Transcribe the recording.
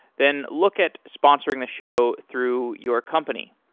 then look at sponsoring the show through your company.